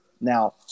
Now